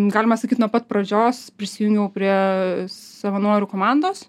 galima sakyt nuo pat pradžios prisijungiau prie savanorių komandos